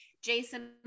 Jason